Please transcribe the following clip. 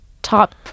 top